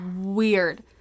weird